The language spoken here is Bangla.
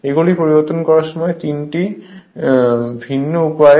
এইগুলি পরিবর্তন করার 3 টি ভিন্ন উপায়